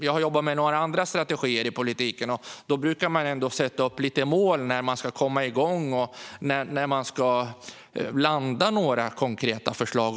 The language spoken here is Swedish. Jag har jobbat med andra strategier i politiken. Man brukar ju sätta upp lite mål om när man ska komma igång och ta fram konkreta förslag.